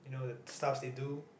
you know the stuffs they do